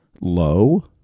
low